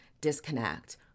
disconnect